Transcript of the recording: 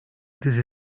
dizi